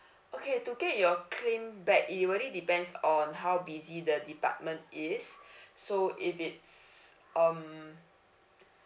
okay to get your claim back it really depends on how busy the department is so if it's um